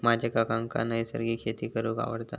माझ्या काकांका नैसर्गिक शेती करूंक आवडता